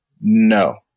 No